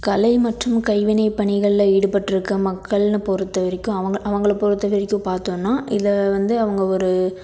கலை மற்றும் கைவினைப் பணிகளில் ஈடுபட்டிருக்க மக்கள்னு பொறுத்த வரைக்கும் அவங்க அவங்களை பொறுத்த வரைக்கும் பார்த்தோன்னா இதை வந்து அவங்க ஒரு